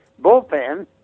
bullpen